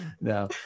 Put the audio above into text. no